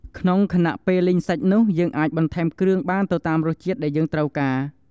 ក្នុងខណៈពេលលីងសាច់នោះយើងអាចបន្ថែមគ្រឿងបានទៅតាមរសជាតិដែលយើងត្រូវការ។